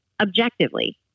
objectively